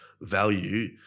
value